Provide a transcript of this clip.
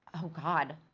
oh god.